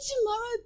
tomorrow